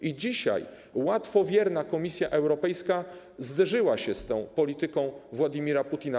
I dzisiaj łatwowierna Komisja Europejska zderzyła się z tą polityką Władimira Putina.